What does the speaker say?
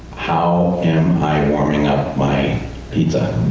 how am i um warming up my pizza?